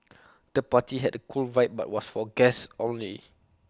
the party had A cool vibe but was for guests only